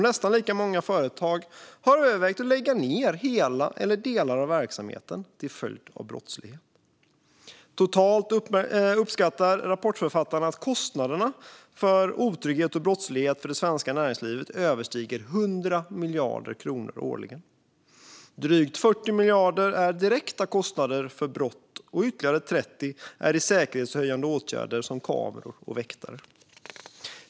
Nästan lika många företag har övervägt att lägga ned hela eller delar av verksamheten till följd av brottslighet. Totalt uppskattar rapportförfattarna att kostnaderna för otrygghet och brottslighet för det svenska näringslivet överstiger 100 miljarder kronor årligen. Drygt 40 miljarder är direkta kostnader för brott, och ytterligare 30 miljarder är kostnader för säkerhetshöjande åtgärder som kameror och väktare.